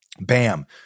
Bam